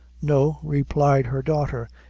no, replied her daughter,